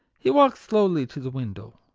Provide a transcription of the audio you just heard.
he walked slowly to the window,